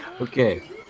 Okay